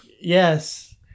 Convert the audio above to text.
yes